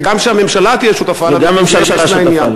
ושגם שהממשלה תהיה שותפה לה, וגם הממשלה שותפה לה.